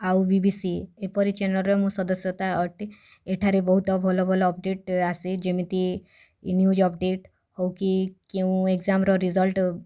ଆଉ B B C ଏପରି ଚ୍ୟାନେଲ୍ର ମୁଁ ସଦସ୍ୟତା ଅଟେ ଏଠାରେ ବହୁତ ଭଲ ଭଲ ଅପଡ଼େଟ୍ ଆସେ ଯେମିତି ନିଉଜ୍ ଅପଡ଼େଟ୍ ହଉ କି କେଉଁ ଏକ୍ଜାମ୍ର ରେଜଲ୍ଟ